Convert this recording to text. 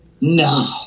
No